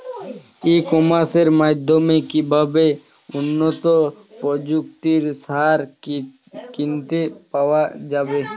ই কমার্সের মাধ্যমে কিভাবে উন্নত প্রযুক্তির সার কিনতে পাওয়া যাবে?